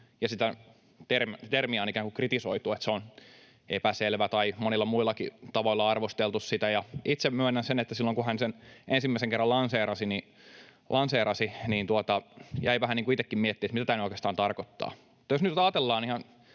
ja sitä termiä on ikään kuin kritisoitu, että se on epäselvä, tai monilla muillakin tavoilla arvosteltu. Itse myönnän sen, että silloin, kun hän sen ensimmäisen kerran lanseerasi, jäi vähän itsekin miettimään, mitä tämä nyt oikeastaan tarkoittaa.